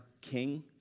king